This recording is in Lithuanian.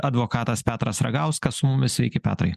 advokatas petras ragauskas su mumis sveiki petrai